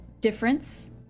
difference